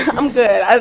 i'm good.